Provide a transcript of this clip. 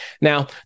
Now